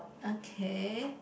okay